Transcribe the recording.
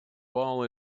ball